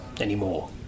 anymore